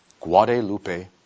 Guadalupe